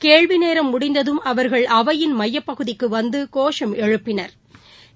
கேள்விநேரம் முடிந்ததும் அவா்கள் அவையிள் மையப்பகுதிக்குவந்தகோஷம் எழுப்பினா்